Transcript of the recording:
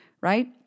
right